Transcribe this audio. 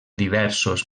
diversos